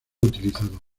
utilizados